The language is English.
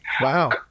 Wow